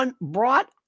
brought